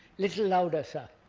little louder, sir.